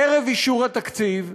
ערב אישור התקציב,